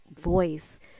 voice